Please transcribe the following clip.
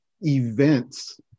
events